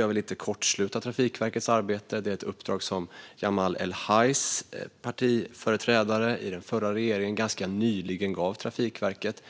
Jag vill inte kortsluta Trafikverkets arbete. Det är ett uppdrag som Jamal El-Hajs partiföreträdare i den förra regeringen ganska nyligen gav Trafikverket